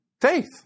Faith